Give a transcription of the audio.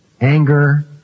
anger